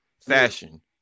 Fashion